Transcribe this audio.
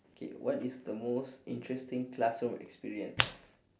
okay what is the most interesting classroom experience